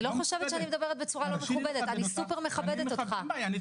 אני סופר מכבדת אתך.